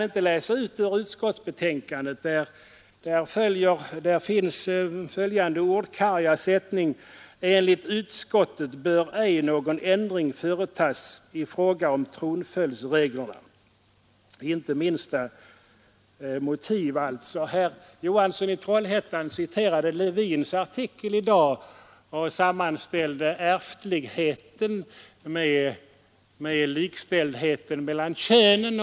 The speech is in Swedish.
I utskottsbetänkandet finner man bara följande karga sättning: ”Enligt utskottet bör ej någon ändring företas i fråga om tronföljdsreglerna.” Inte minsta motiv, alltså. Herr Johansson i Trollhättan citerade Levins artikel i Dagens Nyheter och sammanställde ärftligheten med likställdheten mellan könen.